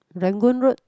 Rangoon Road